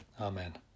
Amen